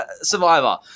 survivor